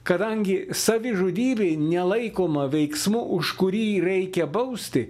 kadangi savižudybei nelaikoma veiksmu už kurį reikia bausti